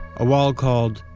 a wall called,